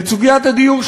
את סוגיית הדיור,